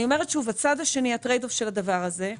הצד השני, הטרייד-אוף של הדבר זה,